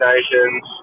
Nations